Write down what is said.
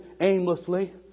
aimlessly